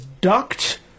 ducked